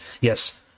yes